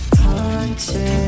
haunted